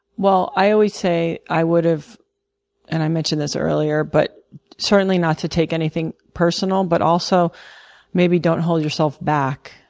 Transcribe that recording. well, i always say i would have and i mentioned this earlier, but certainly not to take anything personal but also maybe don't hold yourself back.